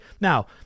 Now